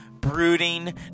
brooding